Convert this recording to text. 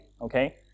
okay